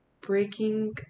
breaking